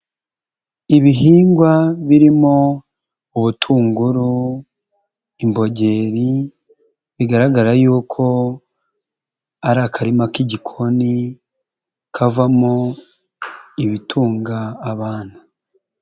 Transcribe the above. Ibihingwa birimo ubutunguru, imbogeri, bigaragara yuko ari akarima k'igikoni kavamo ibitunga abantu.